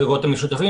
הגגות המשותפים,